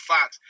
Fox